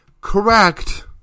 correct